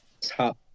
top